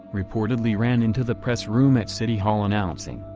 reportedly ran into the press room at city hall announcing,